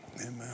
Amen